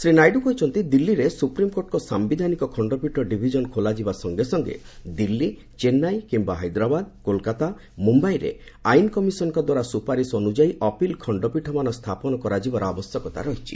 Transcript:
ଶ୍ରୀ ନାଇଡୁ କହିଛନ୍ତି ଦିଲ୍ଲୀରେ ସୁପ୍ରିମ୍କୋର୍ଟଙ୍କ ସାୟିଧାନିକ ଖଣ୍ଡପୀଠ ଡିଭିଜନ୍ ଖୋଲାଯିବା ସଙ୍ଗେ ସଙ୍ଗେ ଦିଲ୍ଲୀ ଚେନ୍ନାଇ କିୟା ହାଇଦ୍ରାବାଦ୍ କୋଲକାତା ମୁମ୍ବାଇରେ ଆଇନ୍ କମିଶନ୍ ଦ୍ୱାରା ସୁପାରିଶ ଅନୁଯାୟୀ ଅପିଲ୍ ଖଣ୍ଡପୀଠମାନ ସ୍ଥାପନ କରାଯିବାର ଆବଶ୍ୟକତା ରହିଛି